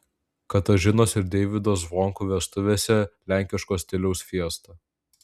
katažinos ir deivydo zvonkų vestuvėse lenkiško stiliaus fiesta